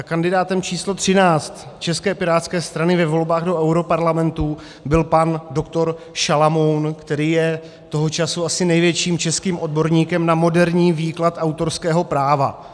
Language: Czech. Tak kandidátem číslo 13 České pirátské strany ve volbách do europarlamentu byl pan dr. Šalamoun, který je toho času asi největším českým odborníkem na moderní výklad autorského práva.